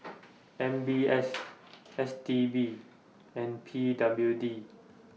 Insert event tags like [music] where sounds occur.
[noise] M B S S T B and P W D